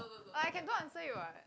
I can don't answer you what